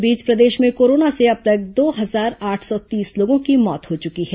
इस बीच प्रदेश में कोरोना से अब तक दो हजार आठ सौ तीस लोगों की मौत हो चुकी है